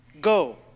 Go